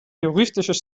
juristisches